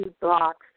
blocks